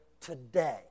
today